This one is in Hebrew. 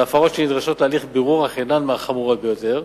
להפרות שנדרשות הליך בירור אך אינן מהחמורות ביותר,